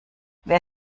wer